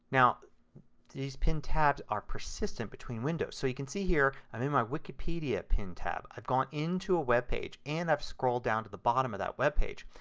now these pinned tabs are persistent between windows. so you can see here i'm in my wikipedia pinned tab, i've gone into a webpage and i've scrolled down to the bottom of that webpage.